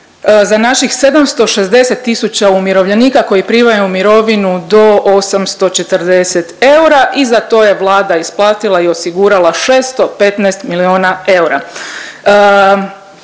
za naših 760 tisuća umirovljenika koji primaju mirovinu do 840 eura i za to je vlada isplatila i osigurala 615 milijuna eura.